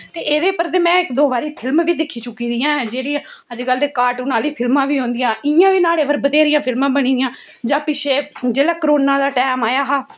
ते एह्दे पर में ते इक दौ बारी फिल्म बी दिक्खी चुकी दा अज्जें बी अजकल्ल दे कार्टून फिल्मां बी ओदिया इ'यां बी नोआढ़े पर बत्थेरियां फिल्मां बनी दिया जां पिच्छें जिसले करौना दा टैम आया हा